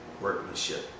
workmanship